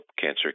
cancer